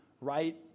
right